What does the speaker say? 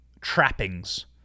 trappings